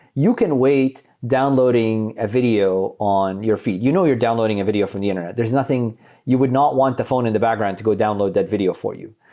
you can await downloading a video on your feed. you know you're downloading a video from the internet. there's nothing you would not want the phone in the background to go download that video for you.